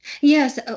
Yes